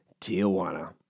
Tijuana